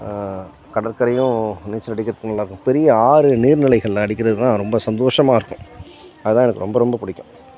கடற்கரையும் நீச்சல் அடிக்கிறதுக்கு நல்லாருக்கும் பெரிய ஆறு நீர்நிலைகள்ல அடிக்கிறது தான் ரொம்ப சந்தோஷமாக இருக்கும் அதுதான் எனக்கு ரொம்ப ரொம்பப் பிடிக்கும்